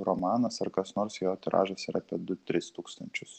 romanas ar kas nors jo tiražas yra apie du tris tūkstančius